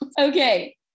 Okay